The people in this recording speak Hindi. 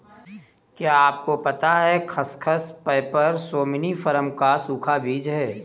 क्या आपको पता है खसखस, पैपर सोमनिफरम का सूखा बीज है?